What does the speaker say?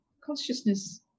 consciousness